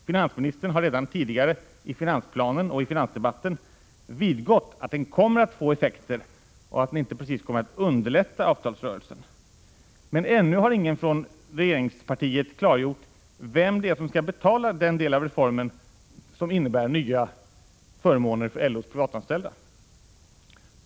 Finansministern har redan tidigare i finansplanen och i finansdebatten vidgått att den kommer att få effekter och att den inte precis kommer att underlätta avtalsrörelsen. Men ännu har ingen från regeringspartiet klargjort vem det är som skall betala den del av reformen som innebär nya förmåner för LO:s privatanställda.